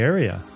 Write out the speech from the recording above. Area